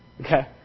Okay